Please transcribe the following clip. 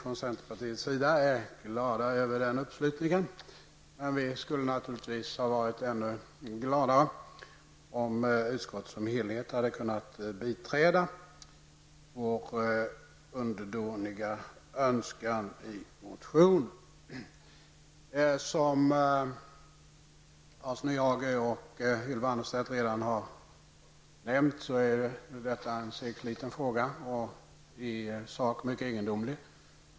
Vi i centerpartiet är glada över den uppslutningen, men vi skulle naturligtvis ha varit ännu gladare om utskottet som helhet hade kunnat biträda vår underdåniga önskan i motionen. Som Hans Nyhage och Ylva Annerstedt redan har nämnt är detta en segsliten fråga och i sak mycket egendomlig.